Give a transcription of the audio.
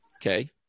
Okay